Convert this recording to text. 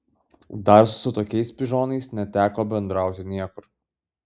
dar su tokiais pižonais neteko bendrauti niekur